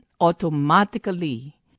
automatically